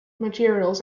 materials